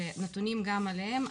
והנתונים גם עליהם.